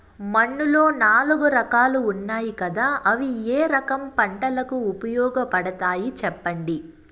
మన్నులో నాలుగు రకాలు ఉన్నాయి కదా అవి ఏ రకం పంటలకు ఉపయోగపడతాయి చెప్పండి?